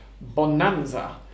bonanza